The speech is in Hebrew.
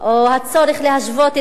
או הצורך להשוות